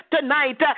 tonight